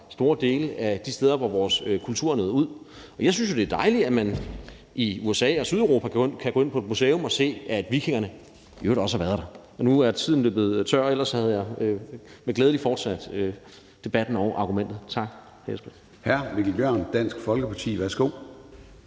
fra mange af de steder, hvor vores kultur nåede ud. Jeg synes jo, det er dejligt, at man i USA og Sydeuropa kan gå ind på et museum og se, at vikingerne i øvrigt også har været der. Nu er tiden løbet ud, men ellers havde jeg med glæde fortsat debatten og argumentet. Tak.